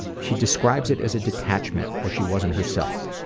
she describes it as a detachment where she wasn't herself.